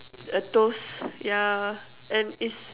a toast yeah and is